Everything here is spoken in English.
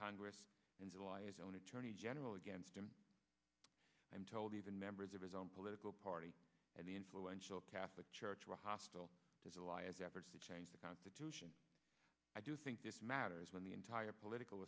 congress in july its own attorney general against him i'm told even members of his own political party and the influential catholic church were hostile to alliance efforts to change the constitution i do think this matters when the entire political